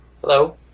hello